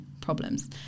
problems